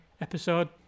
episode